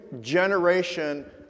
generation